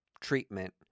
treatment